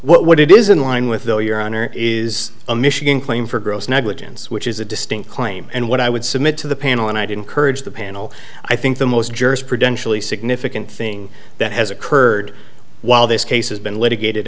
would what it is in line with though your honor is a michigan claim for gross negligence which is a distinct claim and what i would submit to the panel and i didn't courage the panel i think the most jurisprudential significant thing that has occurred while this case has been litigated